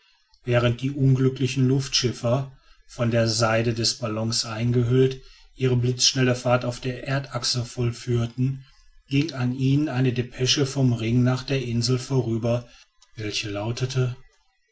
während die unglücklichen luftschiffer von der seide des ballons eingehüllt ihre blitzschnelle fahrt auf der erdachse vollführten ging an ihnen eine depesche vom ring nach der insel vorüber welche lautete